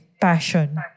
Passion